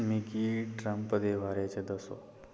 मिगी ट्रंप दे बारे च दस्सो